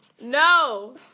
No